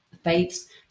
faiths